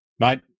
Mate